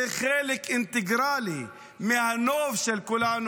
זה חלק אינטגרלי מהנוף של כולנו.